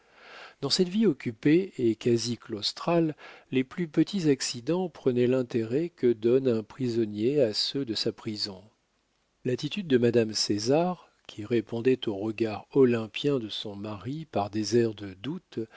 dans cette vie occupée et quasi claustrale les plus petits accidents prenaient l'intérêt que donne un prisonnier à ceux de sa prison l'attitude de madame césar qui répondait aux regards olympiens de son mari par des airs de doute